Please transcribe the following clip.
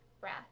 breath